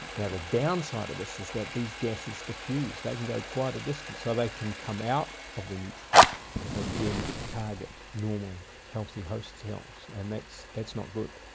yeah the downside of this is that these gases diffuse, they can go quite a distance, so they can come out of the neutrophil and then target normal healthy host cells, and that's that's not good.